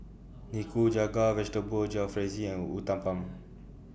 Nikujaga Vegetable Jalfrezi and Uthapam